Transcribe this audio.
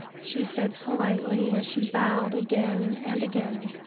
she said politely, as she bowed again and again.